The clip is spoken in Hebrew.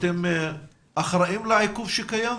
אתם אחראים לעיכוב שקיים?